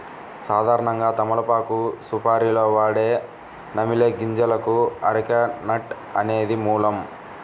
సాధారణంగా తమలపాకు సుపారీలో వాడే నమిలే గింజలకు అరెక నట్ అనేది మూలం